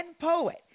poet